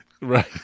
Right